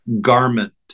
garment